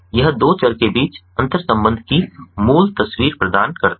यह दो चर के बीच अंतर्संबंध की मूल तस्वीर प्रदान करता है